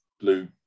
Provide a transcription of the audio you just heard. blue